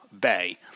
Bay